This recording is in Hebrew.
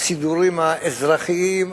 הסידורים האזרחיים,